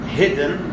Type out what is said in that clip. hidden